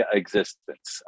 existence